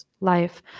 life